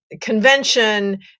convention